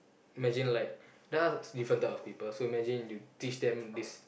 imagine like does different type of people so imagine you teach them this